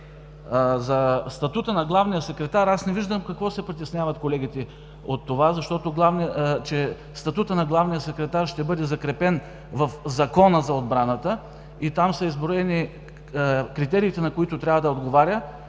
за статута на главния секретар, не виждам от какво се притесняват колегите, че статутът на главния секретар ще бъде закрепен в Закона за отбраната и там са изброени критериите, на които трябва да отговаря